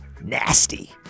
nasty